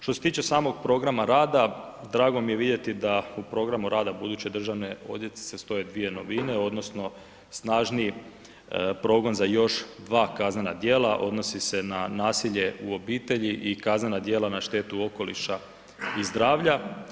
Što se tiče samog programa rada, drago mi je vidjeti da u programu rada buduće državne odvjetnice stoje dvije novine odnosno snažniji progon za još dva kaznena djela, odnosi se na nasilje u obitelji i kaznena djela na štetu okoliša i zdravlja.